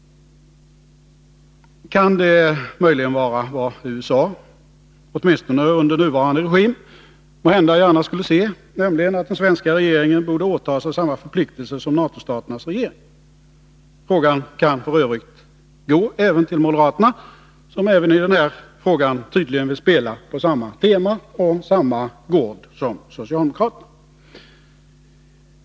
Kan det möjligen vara vad USA, åtminstone under nuvarande regim, måhända gärna skulle se, nämligen att den svenska regeringen skulle åta sig samma förpliktelser som NATO-staternas regeringar? Frågan kan f. ö. gå även till moderaterna, som i det här ärendet tydligen vill spela på samma tema och på samma gård som socialdemokraterna.